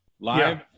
Live